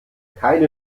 keine